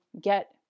get